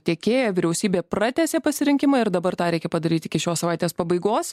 tiekėją vyriausybė pratęsė pasirinkimą ir dabar tą reikia padaryt iki šios savaitės pabaigos